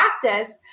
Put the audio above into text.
practice